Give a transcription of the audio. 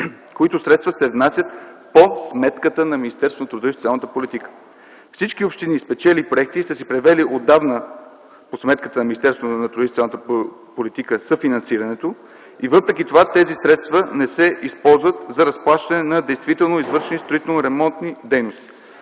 които средства се внасят по сметката на Министерството на труда и социалната политика. Всички общини, спечелили проекти, са си превели отдавна по сметката на Министерството на труда и социалната политика съфинансирането и въпреки това тези средства не се използват за разплащане на действително извършени строително-ремонтни дейности.